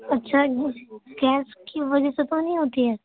اچھا گیس کی وجہ سے تو نہیں ہوتی ہے